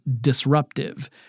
disruptive